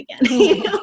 again